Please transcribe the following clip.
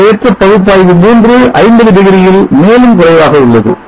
நிலையற்ற பகுப்பாய்வு மூன்று 50 டிகிரியில்மேலும் குறைவாக உள்ளது